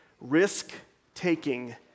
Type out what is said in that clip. Risk-taking